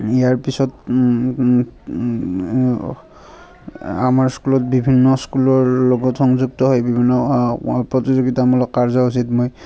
ইয়াৰ পিছত আমাৰ স্কুলত বিভিন্ন স্কুলৰ লগত সংযুক্ত হৈ বিভিন্ন প্ৰতিযোগিতামূলক কাৰ্যসূচীত মই